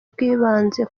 bwibanze